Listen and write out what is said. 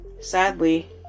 sadly